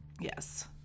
Yes